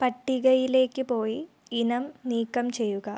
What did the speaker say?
പട്ടികയിലേക്ക് പോയി ഇനം നീക്കം ചെയ്യുക